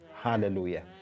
hallelujah